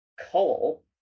coal